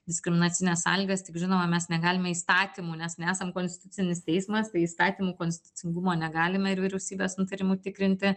diskriminacines sąlygas tik žinoma mes negalime įstatymų nes nesam konstitucinis teismas tai įstatymų konstitucingumo negalime ir vyriausybės nutarimų tikrinti